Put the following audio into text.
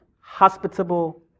hospitable